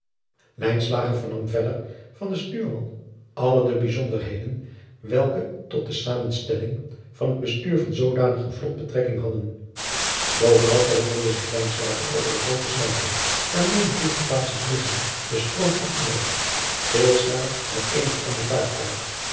vernam verder van den stuurman alle de bijzonderheden welke tot de zamensetelling en het bestuur van zoodanig een vlot betrekking hadden ovenal verwonderde zich over de groote snelheid waarmede dit verbazend ligchaam den stroom afdreef veel sneller dan eenig ander vaartuig